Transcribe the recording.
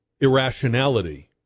irrationality